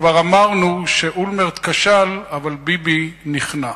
כבר אמרנו שאולמרט כשל, אבל ביבי נכנע.